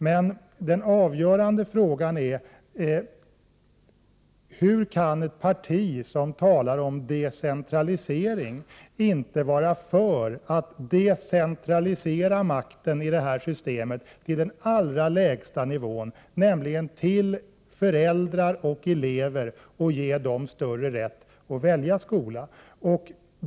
Men den avgörande frågan är: Varför vill ett parti som talar om 47 decentralisering inte decentralisera makten i detta system till den allra lägsta nivån, nämligen till föräldrar och elever, och ge dem större rätt att välja skola?